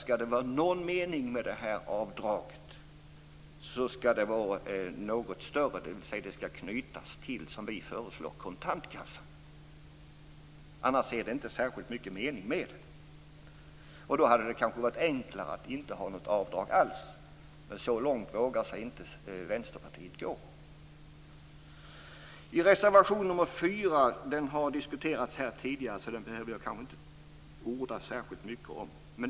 Skall det vara någon mening med avdraget måste det vara något större, dvs. att det som vi föreslår skall knytas till kontantkassan. Annars är det inte särskilt mycket mening med det. Då kanske det hade varit enklare att inte ha något avdrag alls. Men så långt vågar inte Vänsterpartiet gå. Reservation nr 4 har diskuterats här tidigare, så den behöver jag kanske inte orda särskilt mycket om.